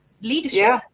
leadership